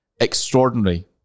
extraordinary